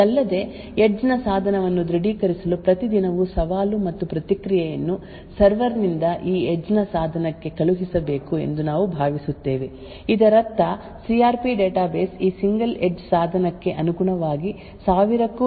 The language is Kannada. ಇದಲ್ಲದೆ ಎಡ್ಜ್ ನ ಸಾಧನವನ್ನು ದೃಢೀಕರಿಸಲು ಪ್ರತಿ ದಿನವೂ ಸವಾಲು ಮತ್ತು ಪ್ರತಿಕ್ರಿಯೆಯನ್ನು ಸರ್ವರ್ ನಿಂದ ಈ ಎಡ್ಜ್ ನ ಸಾಧನಕ್ಕೆ ಕಳುಹಿಸಬೇಕು ಎಂದು ನಾವು ಭಾವಿಸುತ್ತೇವೆ ಇದರರ್ಥ ಸಿ ಆರ್ ಪಿ ಡೇಟಾಬೇಸ್ ಈ ಸಿಂಗಲ್ ಎಡ್ಜ್ ಸಾಧನಕ್ಕೆ ಅನುಗುಣವಾಗಿ ಸಾವಿರಕ್ಕೂ ಹೆಚ್ಚು ವಿಭಿನ್ನ ಸವಾಲುಗಳನ್ನು ಮತ್ತು ಪ್ರತಿಕ್ರಿಯೆಯನ್ನು ಹೊಂದಿರಬೇಕು